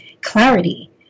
clarity